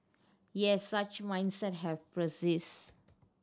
yet such mindset have persisted